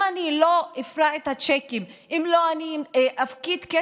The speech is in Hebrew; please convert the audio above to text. אם אני לא אפרע את הצ'קים,